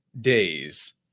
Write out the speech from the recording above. days